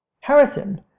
Harrison